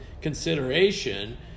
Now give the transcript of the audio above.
consideration